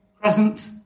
Present